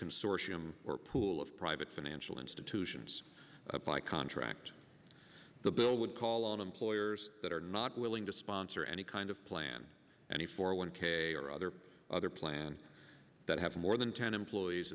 consortium or pool of private financial institutions by contract the bill would call on employers that are not willing to sponsor any kind of plan any for one k or other other plan that have more than ten employees